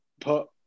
put